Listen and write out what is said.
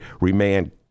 remain